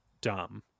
dumb